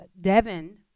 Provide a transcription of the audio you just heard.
Devin